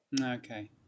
Okay